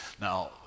Now